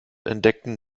entdeckten